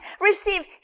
receive